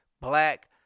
black